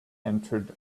entered